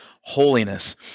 holiness